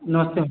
नमस्ते मैम